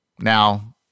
Now